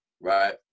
right